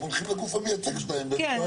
הם הולכים לגוף המייצג שלהם והם שואלים --- כן,